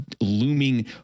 looming